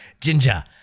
Ginger